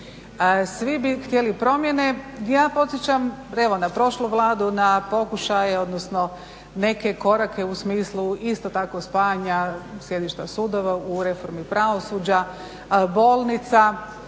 Svi bi htjeli promjene i ja podsjećam, evo na prošlu Vladu, na pokušaje, odnosno neke korake u smislu isto tako spajanja sjedišta sudova u reformi pravosuđa, bolnica,